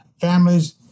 Families